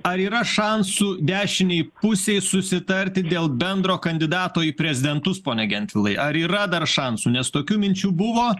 ar yra šansų dešinei pusei susitarti dėl bendro kandidato į prezidentus pone gentvilai ar yra dar šansų nes tokių minčių buvo